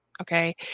Okay